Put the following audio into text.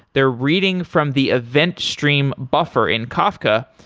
they're reading from the event stream buffer in kafka,